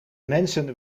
mensen